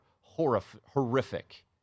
horrific